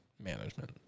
management